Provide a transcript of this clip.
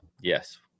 yes